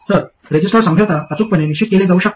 तर रेझिस्टर संभाव्यत अचूकपणे निश्चित केले जाऊ शकते